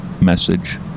message